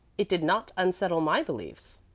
it did not unsettle my beliefs.